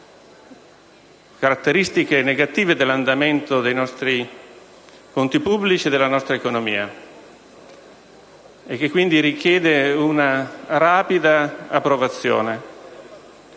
caratteristiche negative dell'andamento dei nostri conti pubblici e della nostra economia e che, quindi, richiede una rapida approvazione.